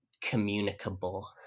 communicable